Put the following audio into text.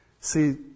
See